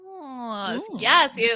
Yes